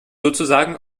sozusagen